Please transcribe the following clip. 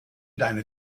deine